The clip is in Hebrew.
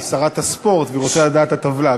היא שרת הספורט ורוצה לדעת מה הטבלה.